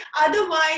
Otherwise